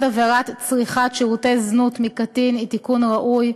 עבירת צריכת שירותי זנות מקטין הוא תיקון ראוי,